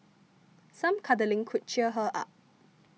some cuddling could cheer her up